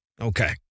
Okay